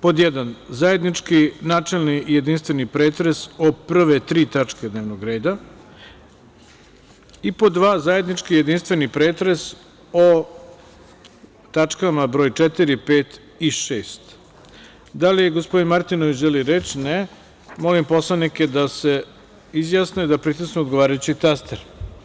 pod jedan: zajednički načelni i jedinstveni pretres o prve tri tačke dnevnog reda i pod dva: zajednički jedinstveni pretres o tačkama 4, 5 i 6. Da li gospodin Martinović želi reč? (Ne) Molim poslanike da se izjasne, da pritisnu odgovarajući taster.